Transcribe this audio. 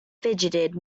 fidgeted